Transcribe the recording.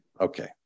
Okay